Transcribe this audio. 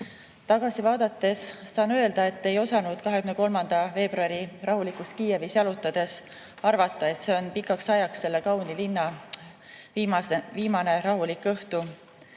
Tagasi vaadates saan öelda, et ma ei osanud 23. veebruaril rahulikus Kiievis jalutades arvata, et see on pikaks ajaks selle kauni linna viimane rahulik õhtu.